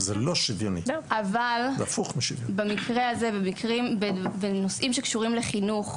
אבל במקרה הזה ובמקרים, בנושאים שקשורים לחינוך,